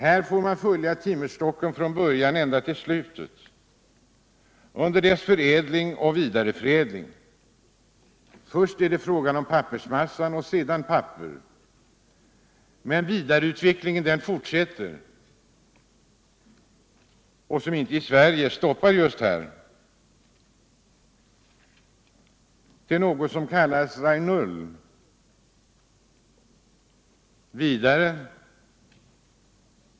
Här får man följa timmerstocken från början ända till slutet, under dess förädling och vidareförädling. Först är det fråga om pappersmassa och sedan om papper. Men vidareutvecklingen stoppar inte, som i Sverige, just här utan den fortsätter till någonting som kallas rayonull.